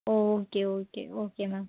okay okay okay ma'am